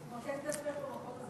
את מוצאת את עצמך במקום הזה.